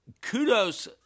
kudos